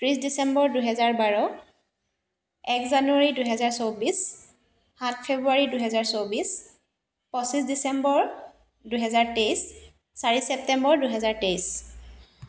ত্ৰিছ ডিচেম্বৰ দুহেজাৰ বাৰ এক জানুৱাৰী দুহেজাৰ চৌব্বিছ সাত ফেব্ৰুৱাৰী দুহেজাৰ চৌব্বিছ পঁচিছ ডিচেম্বৰ দুহেজাৰ তেইছ চাৰি ছেপ্টেম্বৰ দুহেজাৰ তেইছ